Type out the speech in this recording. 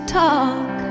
talk